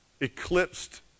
eclipsed